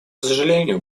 сожалению